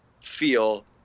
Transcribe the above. feel